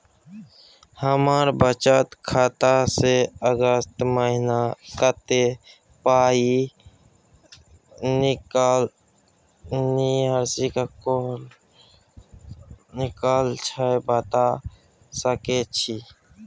हमर बचत खाता स अगस्त महीना कत्ते पाई निकलल छै बता सके छि?